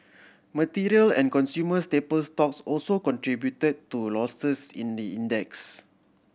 material and consumer staple stocks also contributed to losses in the index